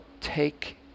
take